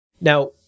Now